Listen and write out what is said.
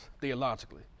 theologically